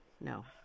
no